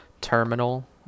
terminal